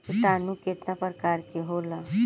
किटानु केतना प्रकार के होला?